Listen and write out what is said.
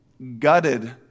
gutted